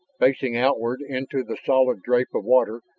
facing outward into the solid drape of water,